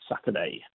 Saturday